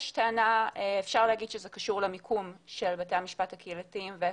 יש טענה שזה קשור למיקום של בתי המשפט הקהילתיים.